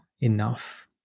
enough